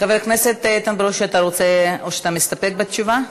חבר הכנסת איתן ברושי, אתה מסתפק בתשובה?